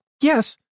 Yes